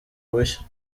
bushya